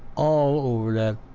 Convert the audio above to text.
all over that